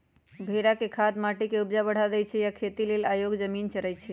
भेड़ा के खाद माटी के ऊपजा बढ़ा देइ छइ आ इ खेती लेल अयोग्य जमिन चरइछइ